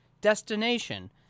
destination